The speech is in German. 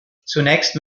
zunächst